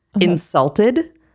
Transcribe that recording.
insulted